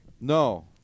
No